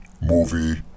Movie